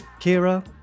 Kira